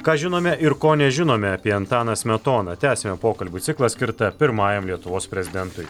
ką žinome ir ko nežinome apie antaną smetoną tęsiame pokalbių ciklą skirtą pirmajam lietuvos prezidentui